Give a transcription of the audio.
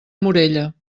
morella